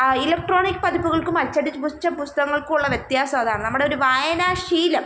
electronic പതിപ്പുകള്ക്കും അച്ചടിച്ച പുസ്തകങ്ങള്ക്കുമുള്ള വ്യത്യാസം അതാണ് നമ്മുടെ ഒരു വായനാ ശീലം